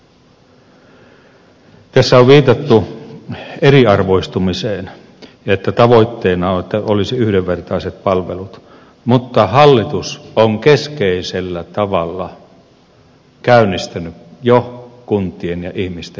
tässä on viitattu eriarvoistumiseen että tavoitteena on että olisi yhdenvertaiset palvelut mutta hallitus on keskeisellä tavalla käynnistänyt jo kuntien ja ihmisten eriarvoistumisen